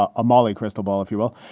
ah amala crystal ball, if you will,